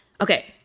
Okay